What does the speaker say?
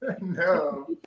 No